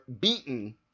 beaten